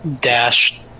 dash